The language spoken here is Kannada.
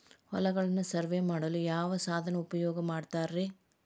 ಹೊಲಗಳನ್ನು ಸರ್ವೇ ಮಾಡಲು ಯಾವ ಸಾಧನ ಉಪಯೋಗ ಮಾಡ್ತಾರ ರಿ?